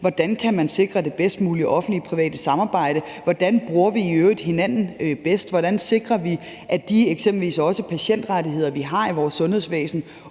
hvordan man kan sikre det bedst mulige offentlig-private samarbejde. Hvordan bruger vi i øvrigt hinanden bedst? Hvordan sikrer vi, at eksempelvis også de patientrettigheder, vi har i vores sundhedsvæsen,